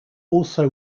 also